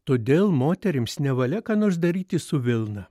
todėl moterims nevalia ką nors daryti su vilna